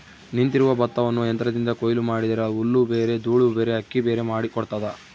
ನಿಂತಿರುವ ಭತ್ತವನ್ನು ಯಂತ್ರದಿಂದ ಕೊಯ್ಲು ಮಾಡಿದರೆ ಹುಲ್ಲುಬೇರೆ ದೂಳುಬೇರೆ ಅಕ್ಕಿಬೇರೆ ಮಾಡಿ ಕೊಡ್ತದ